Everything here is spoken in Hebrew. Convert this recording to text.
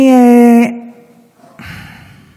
אני